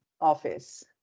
office